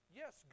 yes